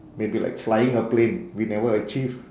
maybe like flying a plane we never achieve